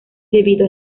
debido